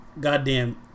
goddamn